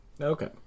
Okay